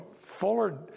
fuller